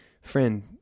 friend